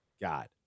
God